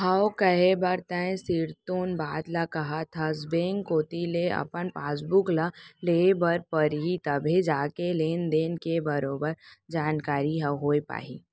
हव कहे बर तैं सिरतोन बात ल काहत हस बेंक कोती ले अपन पासबुक ल लेहे बर परही तभे जाके लेन देन के बरोबर जानकारी ह होय पाही